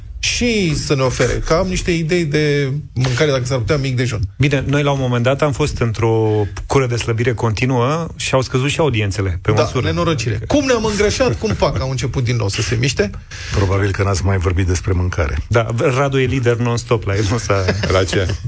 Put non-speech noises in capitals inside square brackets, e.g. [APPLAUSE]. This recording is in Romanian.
Și să ne ofere. Că am niște idei de mâncare, dacă s-ar putea, mic dejun. Bine, noi, la un moment dat, am fost într-o cură de slăbire continuă și au scăzut și audiențele, pe Da, măsură. nenorocire. Adică- Cum ne-am îngrășat, cum fac, [LAUGHS] au început din nou să se miște. Probabil că n-ați mai vorbit despre mâncare. Da, Radu e lider non-stop la el, nu s-a- La ce?